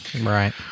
Right